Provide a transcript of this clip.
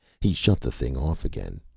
he shut the thing off again.